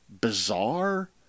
bizarre